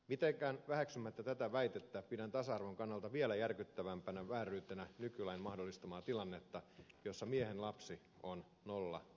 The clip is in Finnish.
mitenkään väheksymättä tätä väitettä pidän tasa arvon kannalta vielä järkyttävämpänä vääryytenä nykylain mahdollistamaa tilannetta jossa miehen lapsi on nolla lasta